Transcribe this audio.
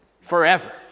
forever